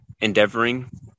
endeavoring